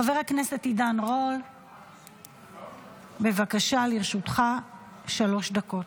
חבר הכנסת עידן רול, בבקשה, לרשותך שלוש דקות.